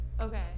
okay